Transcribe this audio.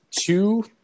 Two